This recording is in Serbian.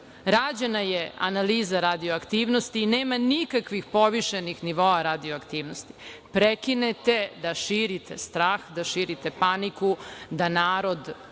Rađena je analize radio-aktivnosti i nema nikakvih povišenih nivoa radio-aktivnosti. Prekinite da širite strah, da širite paniku, da narod